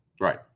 Right